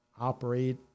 operate